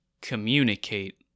Communicate